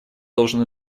должен